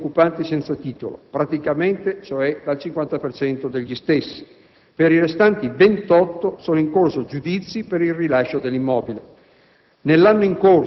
tra soci ed occupanti senza titolo (praticamente, dal 50 per cento degli stessi); per i restanti 28 sono in corso giudizi per il rilascio dell'immobile.